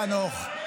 חנוך,